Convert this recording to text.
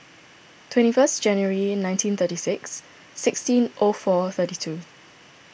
twenty first January nineteen thirty six sixteen O four thirty two